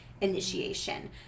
initiation